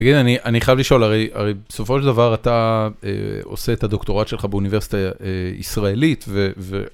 תגידי, אני חייב לשאול, הרי בסופו של דבר אתה עושה את הדוקטורט שלך באוניברסיטה הישראלית,